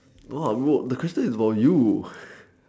no ah bro the question is about you